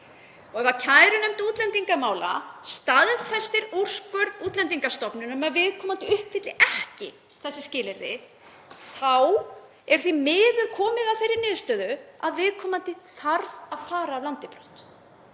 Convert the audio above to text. Ef kærunefnd útlendingamála staðfestir úrskurð Útlendingastofnunar um að viðkomandi uppfylli ekki þessi skilyrði þá er því miður komið að þeirri niðurstöðu að viðkomandi þarf að fara af landi brott.